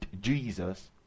Jesus